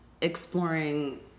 exploring